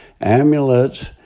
amulets